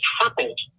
tripled